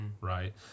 right